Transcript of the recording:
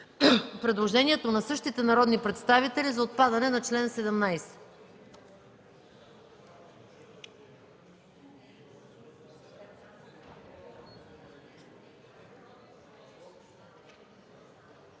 предложението на същите народни представители за отпадане на чл. 16.